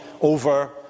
over